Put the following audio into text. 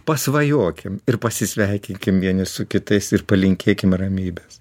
pasvajokim ir pasisveikinkim vieni su kitais ir palinkėkime ramybės